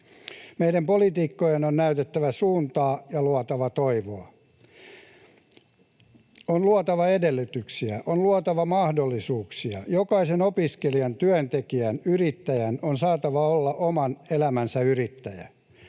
Meidän poliitikkojen on näytettävä suuntaa ja luotava toivoa. On luotava edellytyksiä. On luotava mahdollisuuksia. Jokaisen opiskelijan, työntekijän ja yrittäjän on saatava olla oman elämänsä yrittäjä.